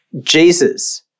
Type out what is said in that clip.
Jesus